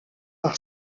par